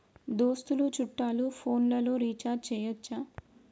దోస్తులు చుట్టాలు ఫోన్లలో రీఛార్జి చేయచ్చా?